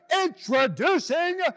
introducing